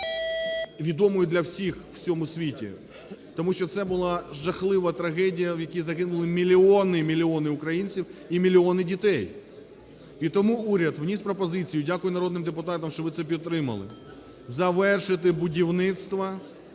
відомою для всіх в усьому світі. Тому що це була жахлива трагедія, в якій загинули мільйони-мільйони українців і мільйони дітей. І тому уряд вніс пропозицію, дякую народним депутатам, що ви це підтримали, завершити будівництво